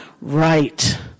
Right